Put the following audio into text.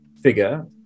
figure